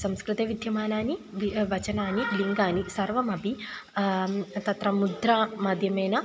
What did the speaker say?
संस्कृते विद्यमानानि वचनानि लिङ्गानि सर्वमपि तत्र मुद्रा माध्यमेन